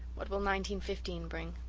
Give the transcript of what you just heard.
what will nineteen-fifteen bring?